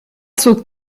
zog